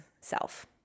self